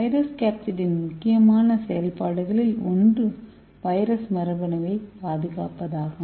virus கேப்சிட்டின் முக்கியமான செயல்பாடுகளில் ஒன்று வைரஸ் மரபணுவைப் பாதுகாப்பதாகும்